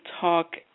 talk